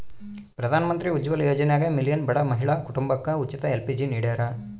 ಪ್ರಧಾನಮಂತ್ರಿ ಉಜ್ವಲ ಯೋಜನ್ಯಾಗ ಮಿಲಿಯನ್ ಬಡ ಮಹಿಳಾ ಕುಟುಂಬಕ ಉಚಿತ ಎಲ್.ಪಿ.ಜಿ ನಿಡ್ಯಾರ